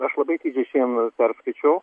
aš labai atidžiai šian perskaičiau